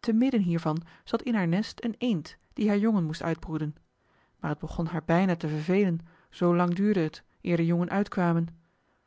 te midden hiervan zat in haar nest een eend die haar jongen moest uitbroeden maar het begon haar bijna te vervelen zoo lang duurde het eer de jongen uitkwamen